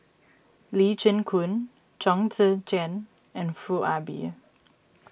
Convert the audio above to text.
Lee Chin Koon Chong Tze Chien and Foo Ah Bee